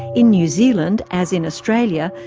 in new zealand, as in australia,